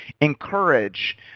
encourage